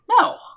No